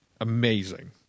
amazing